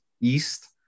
East